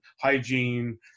hygiene